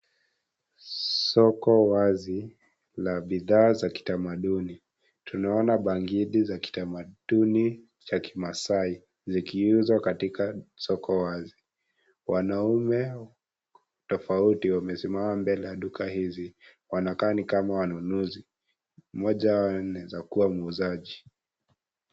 Soko wazi, la bidhaa za kitamanduni. Tunaona bangili za kitamanduni cha Kimaasai zikiuzwa katika soko wazi. Wanaume tofauti wamesimama mbele ya duka hizi wanakaa ni kama wanunuzi. Mmoja wao anaezakua muuzaji.